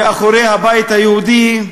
אחרי הבית היהודי.